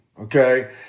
okay